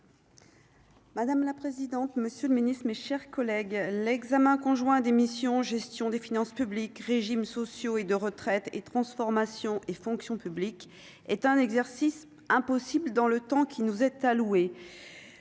Madame la présidente, monsieur le Ministre, mes chers collègues, l'examen conjoint des missions Gestion des finances publiques régimes sociaux et de retraite et transformation et fonction publique est un exercice impossibles dans le temps qui nous est alloué,